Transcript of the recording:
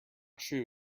true